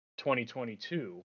2022